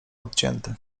odcięty